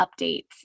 updates